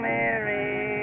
Mary